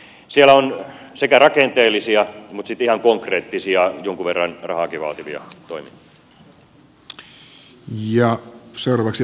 siellä on sekä rakenteellisia että sitten ihan konkreettisia jonkun verran rahaakin vaativia toimia